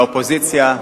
מהאופוזיציה,